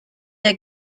der